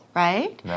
right